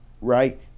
right